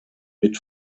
mit